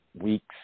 weeks